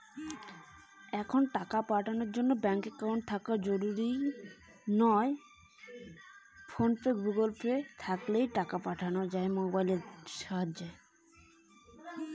কাউকে টাকা পাঠের জন্যে কি ব্যাংক একাউন্ট থাকা জরুরি?